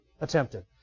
attempted